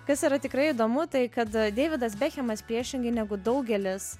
kas yra tikrai įdomu tai kad deividas bekhemas priešingai negu daugelis